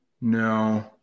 No